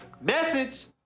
Message